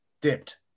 dipped